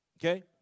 Okay